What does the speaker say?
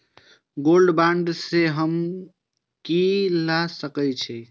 Gold bond में हम की ल सकै छियै?